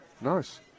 Nice